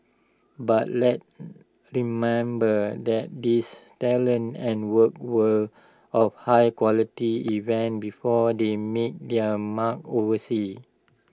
but let's remember that these talents and work were of high quality even before they made their mark overseas